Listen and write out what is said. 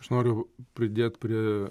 aš noriu pridėt prie